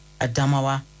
Adamawa